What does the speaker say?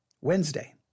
Wednesday